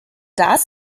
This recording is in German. das